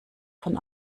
von